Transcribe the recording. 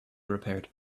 repaired